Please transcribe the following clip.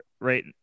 right